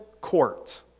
court